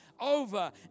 over